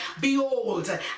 Behold